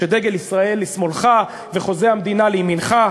כשדגל ישראל לשמאלך ותמונת חוזה המדינה לימינך,